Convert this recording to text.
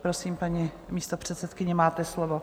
Prosím, paní místopředsedkyně, máte slovo.